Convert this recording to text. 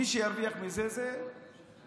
מי שירוויח מזה זה הימין.